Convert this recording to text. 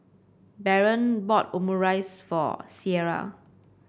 Baron bought Omurice for Sierra